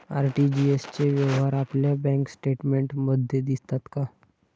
RTGS चे व्यवहार आपल्या बँक स्टेटमेंटमध्ये दिसतात का?